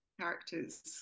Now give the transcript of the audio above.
characters